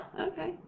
Okay